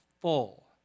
full